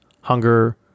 hunger